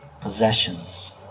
possessions